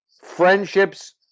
friendships